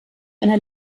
einer